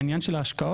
העניין של ההשקעות,